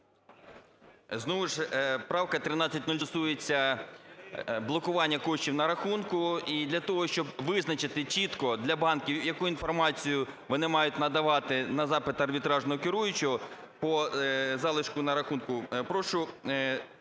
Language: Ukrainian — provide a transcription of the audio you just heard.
Знову ж правка 1306 стосується блокування коштів на рахунку. І для того, щоб визначити чітко для банків, яку інформацію вони мають надавати на запит арбітражного керуючого по залишку на рахунку, прошу